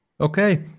okay